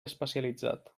especialitzat